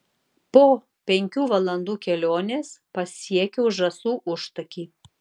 po penkių valandų kelionės pasiekiau žąsų užtakį